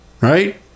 right